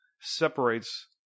separates